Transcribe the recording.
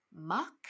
muck